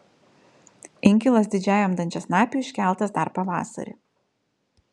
inkilas didžiajam dančiasnapiui iškeltas dar pavasarį